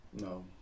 No